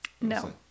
No